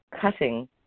cutting